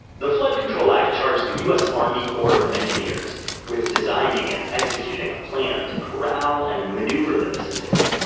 the flood control act charged the u s. army corps of engineers with designing and executing a plan to corral and maneuver the mississippi,